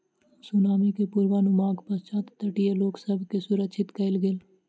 tsunami के पुर्वनुमानक पश्चात तटीय लोक सभ के सुरक्षित कयल गेल